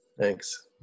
Thanks